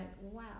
wow